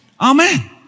Amen